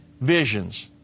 visions